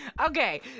Okay